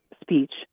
speech